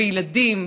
וילדים,